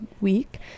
week